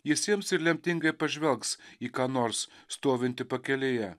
jis ims ir lemtingai pažvelgs į ką nors stovintį pakelėje